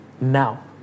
now